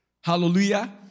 Hallelujah